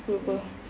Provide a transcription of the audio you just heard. mm